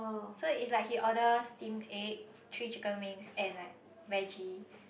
so it's like he order steam egg three chicken wings and like veggie